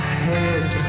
head